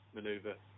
Maneuver